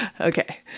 Okay